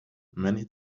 many